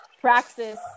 praxis